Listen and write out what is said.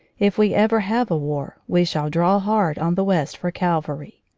if we ever have a war, we shall draw hard on the west for cavalry.